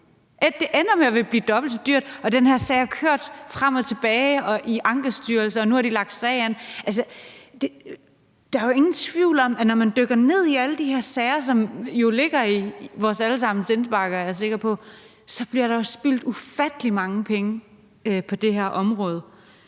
Det ender med at blive dobbelt så dyrt, og den her sag har kørt frem og tilbage og i Ankestyrelsen, og nu har de lagt sag an. Altså, der er jo ingen tvivl om, når man dykker ned i alle de her sager, som jo ligger i vores alle sammens indbakker, er jeg sikker på, at der bliver spildt ufattelig mange penge på det her område